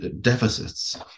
deficits